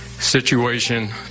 situation